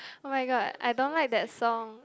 oh-my-god I don't like that song